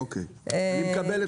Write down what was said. שנייה, אוקיי, אני מקבל את זה.